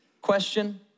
question